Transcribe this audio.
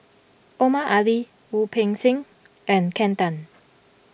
Omar Ali Wu Peng Seng and Henn Tan